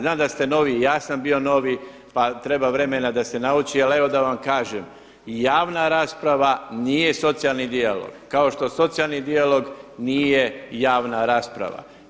Znam da ste novi i ja sam bio novi, pa treba vremena da se nauči, ali evo da vam kažem, javna rasprava nije socijalni dijalog kao što socijalni dijalog nije javna rasprava.